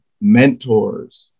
mentors